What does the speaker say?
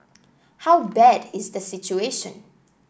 how bad is the situation